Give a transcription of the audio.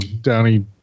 Downey